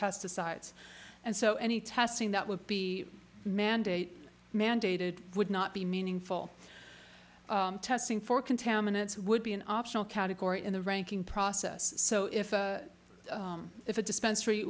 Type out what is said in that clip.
pesticides and so any testing that would be mandate mandated would not be meaningful testing for contaminants would be an optional category in the ranking process so if a if a dispens